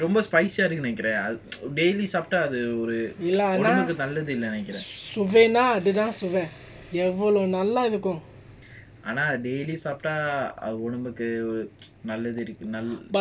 ரொம்ப:romba spicy nu நெனைக்கிறேன்:nenaikren daily சாப்டாஅதுஉடம்புக்குஒருநல்லதில்லன்னுநெனைக்கிறேன்ஆனா:sapta adhu udambuku oru nallathillanu nenaikren ana daily சாப்டாஅதுஉடம்புக்குஒருநல்லதில்ல:sapta adhu udambuku oru nallathilla